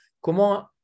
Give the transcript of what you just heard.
Comment